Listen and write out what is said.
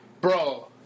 Bro